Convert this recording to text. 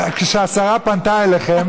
כשהשרה פנתה אליכם,